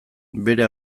bere